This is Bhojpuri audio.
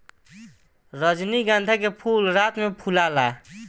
रजनीगंधा के फूल रात में फुलाला